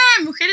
Mujeres